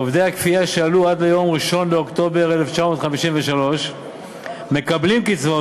עובדי הכפייה שעלו עד ליום 1 באוקטובר 1953 מקבלים קצבאות